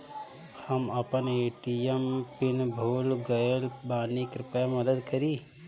हम अपन ATM PIN भूल गएल बानी, कृपया मदद करीं